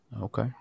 okay